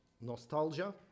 nostalgia